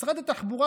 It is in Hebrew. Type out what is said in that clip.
משרד התחבורה,